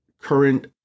current